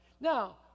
Now